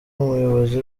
umuyobozi